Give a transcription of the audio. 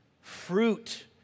Fruit